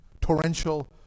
torrential